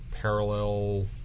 parallel